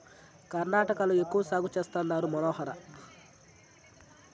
కర్ణాటకలో ఎక్కువ సాగు చేస్తండారు మనోహర